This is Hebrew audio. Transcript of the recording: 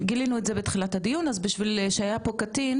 גילינו את זה בתחילת הדיון אז בשביל שהיה פה קטין